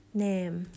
name